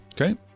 okay